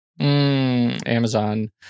Amazon